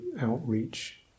outreach